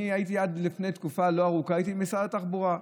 עד לפני תקופה לא ארוכה הייתי במשרד התחבורה.